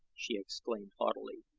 she exclaimed haughtily.